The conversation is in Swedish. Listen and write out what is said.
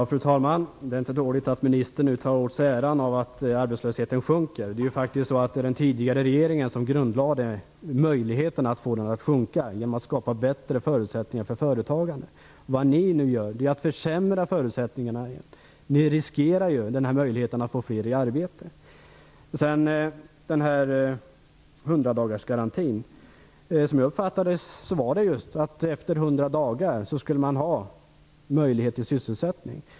Fru talman! Det är inte dåligt att ministern nu tar åt sig äran av att arbetslösheten sjunker. Det är faktiskt så att det var den föregående regeringen som grundlade möjligheten att få arbetslösheten att sjunka genom att skapa bättre förutsättningar för företagande. Nu försämrar ni förutsättningarna. Ni riskerar den här möjligheten att få flera i arbete. Jag uppfattade hundra dagars garantin så att efter hundra dagar skall man ha möjlighet till sysselsättning.